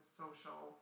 social